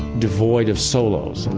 devoid of solos. and